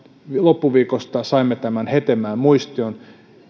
loppuviikosta saimme tämän hetemäen muistion